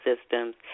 systems